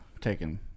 taken